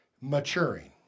maturing